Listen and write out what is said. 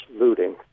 looting